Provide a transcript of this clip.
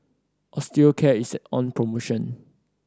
Osteocare is on promotion